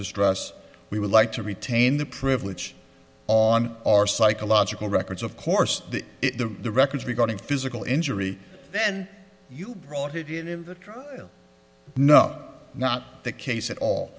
distress we would like to retain the privilege on our psychological records of course the the records regarding physical injury then you brought it in and you know not the case at all